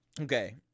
okay